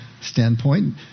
standpoint